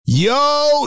Yo